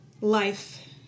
life